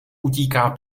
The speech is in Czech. utíká